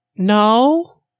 no